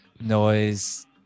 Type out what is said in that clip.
noise